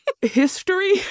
history